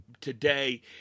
today